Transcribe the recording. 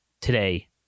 today